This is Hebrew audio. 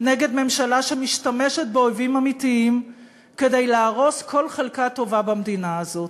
נגד ממשלה שמשתמשת באויבים אמיתיים כדי להרוס כל חלקה טובה במדינה הזו.